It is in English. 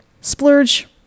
Splurge